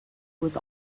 was